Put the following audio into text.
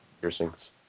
piercings